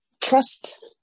trust